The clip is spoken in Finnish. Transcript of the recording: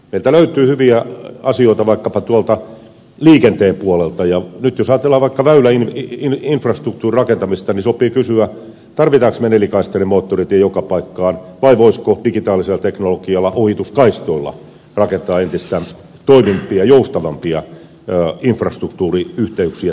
meiltä löytyy hyviä asioita vaikkapa liikenteen puolelta ja nyt jos ajatellaan vaikka väyläinfrastruktuurin rakentamista niin sopii kysyä tarvitsemmeko nelikaistaisen moottoritien joka paikkaan vai voisiko digitaalisella teknologialla ohituskaistoilla rakentaa entistä toimivampia ja joustavampia infrastruktuuriyhteyksiä teitä myöskin suomeen